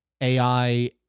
AI